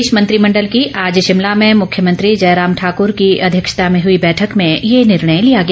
प्रदेश मंत्रिमंडल की आज शिमला में मुख्यमंत्री जयराम ठाकुर की अध्यक्षता में हुई बैठक में ये निर्णय लिया गया